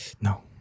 No